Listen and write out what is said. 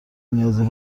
نیازی